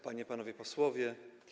Panie i Panowie Posłowie!